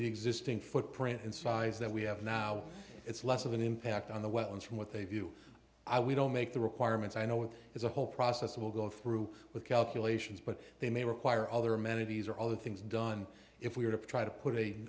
the existing footprint and size that we have now it's less of an impact on the weapons from what they view i we don't make the requirements i know it is a whole process will go through with calculations but they may require other amenities or other things done if we were to try to put a